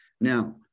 Now